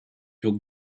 your